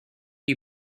you